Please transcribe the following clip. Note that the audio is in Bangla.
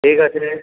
ঠিক আছে